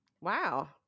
wow